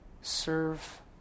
serve